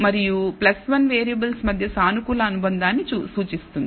మరియు 1 వేరియబుల్స్ మధ్య సానుకూల అనుబంధాన్ని సూచిస్తుంది